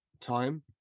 time